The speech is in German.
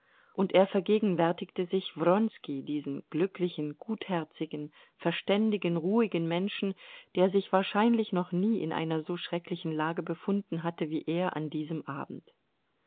und er vergegenwärtigte sich wronski diesen glücklichen gutherzigen verständigen ruhigen menschen der sich wahrscheinlich noch nie in einer so schrecklichen lage befunden hatte wie er an diesem abend